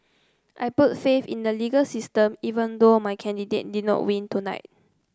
I put faith in the legal system even though my candidate did not win tonight